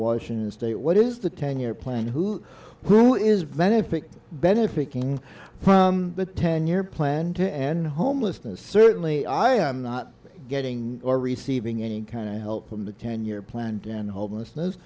washington state what is the ten year plan who who is vetted picked benefiting from the ten year plan and homelessness certainly i am not getting are receiving any kind of help from the ten year plan to end homelessness